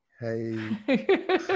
Hey